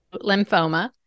lymphoma